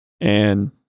And-